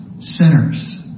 sinners